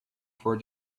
for